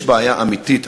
יש בעיה אמיתית,